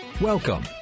Welcome